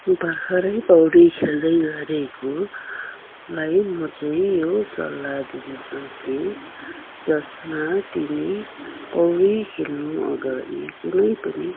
भर्खरै पौडी खोल्दै गरेकोलाई म चाहिँ यो सल्लाह दिन्छु कि जसमा तिमी पौडी खेल्नु अगाडि कुनै पनि